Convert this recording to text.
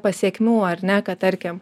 pasekmių ar ne tarkim